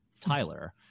Tyler